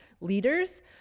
leaders